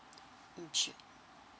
mm sure